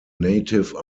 native